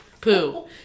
Poo